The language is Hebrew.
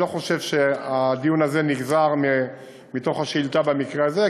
אני לא חושב שהדיון הזה נגזר מתוך השאילתה במקרה הזה,